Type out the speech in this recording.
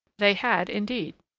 they had, indeed.